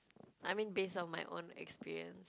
I mean based on my own experience